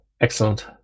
excellent